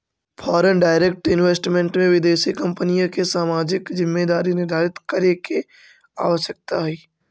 foreign direct investment में विदेशी कंपनिय के सामाजिक जिम्मेदारी निर्धारित करे के आवश्यकता हई